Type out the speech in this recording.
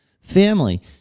family